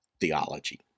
theology